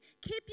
Keep